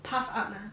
puff up mah